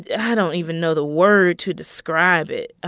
i don't even know the word to describe it.